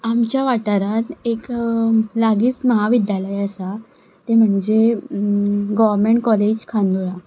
आमच्या वाठारांत एक लागींच म्हाविद्यालय आसा तें म्हणजें गव्हर्मेंट कॉलेज खांडोळा